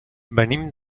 venim